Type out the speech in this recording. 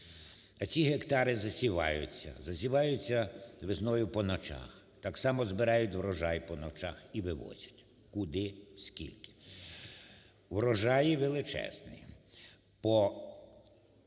засіваються, засіваються весною по ночах так само збирають врожай по ночах і вивозять. Куди? Скільки? Врожаї величезні